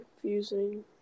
confusing